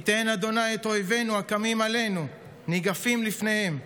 ייתן ה' את אויבינו הקמים עלינו ניגפים לפניהם.